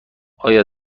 آیا